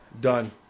done